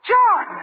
John